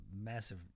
massive